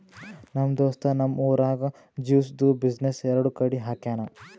ನಮ್ ದೋಸ್ತ್ ನಮ್ ಊರಾಗ್ ಜ್ಯೂಸ್ದು ಬಿಸಿನ್ನೆಸ್ ಎರಡು ಕಡಿ ಹಾಕ್ಯಾನ್